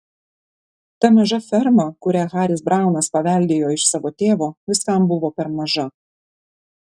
ta maža ferma kurią haris braunas paveldėjo iš savo tėvo viskam buvo per maža